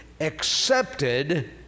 accepted